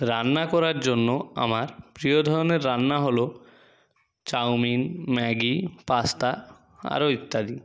রান্না করার জন্য আমার প্রিয় ধরনের রান্না হলো চাউমিন ম্যাগি পাস্তা আরও ইত্যাদি